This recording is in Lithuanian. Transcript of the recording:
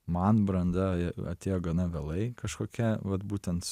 man branda atėjo gana vėlai kažkokia vat būtent